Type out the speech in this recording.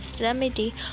remedy